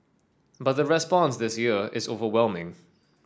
but the response this year is overwhelming